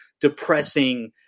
depressing